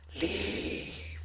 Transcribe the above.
Leave